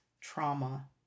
trauma